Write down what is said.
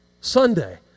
Sunday